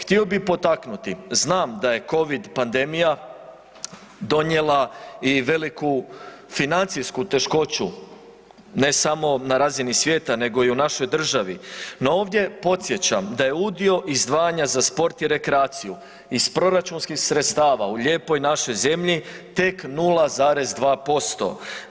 Htio bih potaknuti, znam da je Covid pandemija donijela i veliku financijsku teškoću, ne samo na razini svijeta nego i u našoj državi, no ovdje podsjećam da je udio izdvajanja za sport i rekreaciju iz proračunskih sredstava u Lijepoj našoj zemlji tek 0,2%